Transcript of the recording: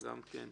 וגם גברים.